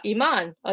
iman